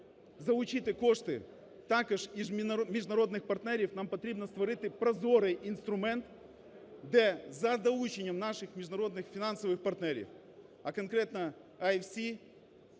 залучити кошти також і міжнародних партнерів, нам потрібно створити прозорий інструмент, де за долучення наших міжнародних фінансових партнерів, а конкретно IFC.